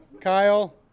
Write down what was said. Kyle